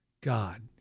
God